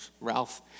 Ralph